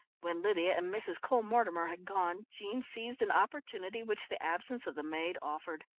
when lydia and mrs. cole-mortimer had gone, jean seized an opportunity which the absence of the maid offered.